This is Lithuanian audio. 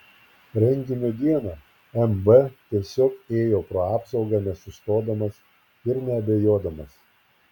renginio dieną mb tiesiog ėjo pro apsaugą nesustodamas ir neabejodamas